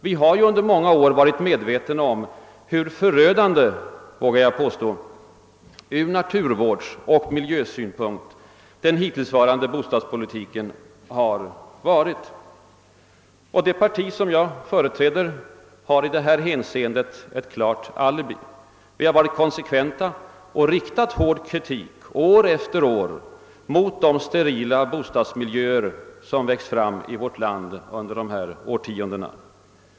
Vi har ju i många år varit medvetna om hur förödande — det vågar jag påstå — ur naturvårdsoch miljösynpunkt den hittillsvarande bostadspolitiken har varit. Det parti som jag företräder har i detta hänseende ett klart alibi. Vi har varit konsekventa och år efter år riktat kritik mot de sterila bostadsmiljöer, som vuxit fram i vårt land under dessa årtionden.